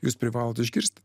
jūs privalote išgirsti